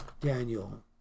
Daniel